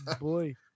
Boy